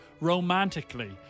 romantically